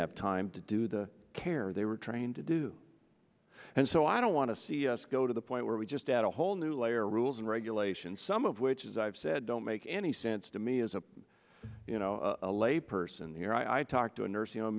have time to do the care they were trained to do and so i don't want to see us go to the point where we just add a whole new layer rules and regulations some of which is i've said don't make any sense to me as a you know a lay person here i've talked to a nursing home